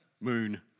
Moon